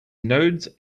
nodes